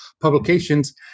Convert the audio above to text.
publications